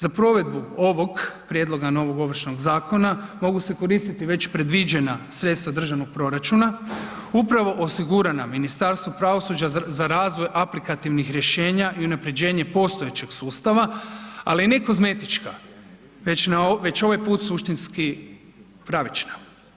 Za provedbu ovog prijedloga novog Ovršnog zakona mogu se koristiti već predviđena sredstva državnog proračuna upravo osigurana Ministarstvu pravosuđa za razvoj aplikativnih rješenja i unaprjeđenje postojećeg sustava, ali ne i kozmetička, već ovaj put suštinski pravična.